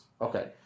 Okay